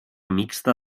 mixta